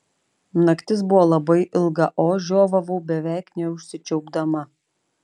naktis buvo labai ilga o aš žiovavau beveik neužsičiaupdama